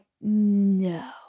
no